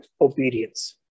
obedience